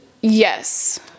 Yes